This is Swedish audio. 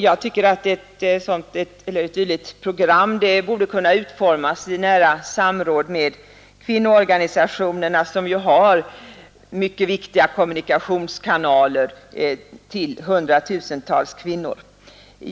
Jag tycker att ett dylikt program borde kunna utformas i nära samråd med kvinnoorganisationerna, som ju har mycket viktiga kommunikationskanaler till hundratusentals kvinnor.